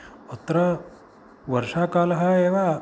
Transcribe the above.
अत्र वर्षाकालः एव